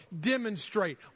demonstrate